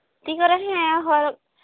ᱛᱤ ᱠᱚᱨᱮ ᱦᱮᱸ